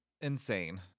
insane